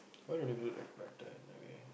why don't you feel a bit better anyway